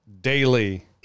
daily